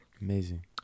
Amazing